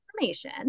information